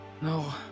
No